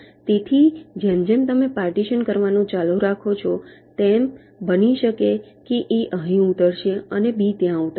તેથી જેમ જેમ તમે પાર્ટીશન કરવાનું ચાલુ રાખો છો તેમ બની શકે છે કે A અહીં ઊતરશે અને B ત્યાં ઊતરશે